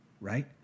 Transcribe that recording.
right